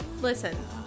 Listen